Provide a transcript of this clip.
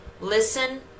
listen